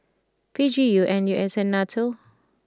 P G U N U S and Nato